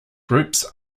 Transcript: groups